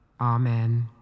amen